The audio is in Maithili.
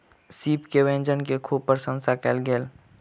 सीप के व्यंजन के खूब प्रसंशा कयल गेल